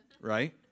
right